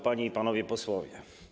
Panie i Panowie Posłowie!